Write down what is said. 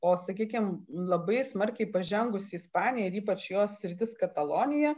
o sakykim labai smarkiai pažengusi ispanija ir ypač jos sritis katalonija